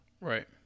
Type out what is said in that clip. Right